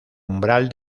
umbral